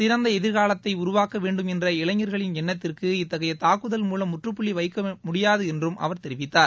சிறந்த எதிர்காலத்தை உருவாக்கவேண்டும் என்ற இளைஞர்களின் எண்ணத்திற்கு இத்தகைய தாக்குதல் மூலம் முற்றுப்புள்ளி வைக்க முடியாது என்றும் அவர் தெரிவித்தார்